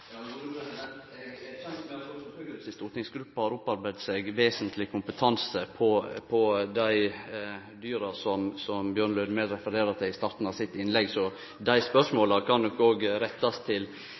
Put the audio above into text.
stortingsgruppe har opparbeidd seg vesentleg kompetanse på det dyreriket som Bjørn Lødemel refererte til i starten av sitt innlegg, så dei